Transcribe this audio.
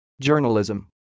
journalism